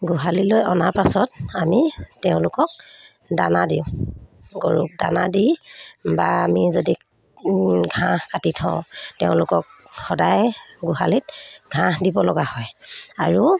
গোহালি লৈ অনাৰ পাছত আমি তেওঁলোকক দানা দিওঁ গৰুক দানা দি বা আমি যদি ঘাঁহ কাটি থওঁ তেওঁলোকক সদায় গোহালিত ঘাঁহ দিব লগা হয় আৰু